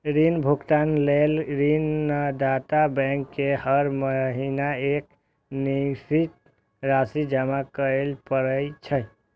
ऋण भुगतान लेल ऋणदाता बैंक में हर महीना एक निश्चित राशि जमा करय पड़ै छै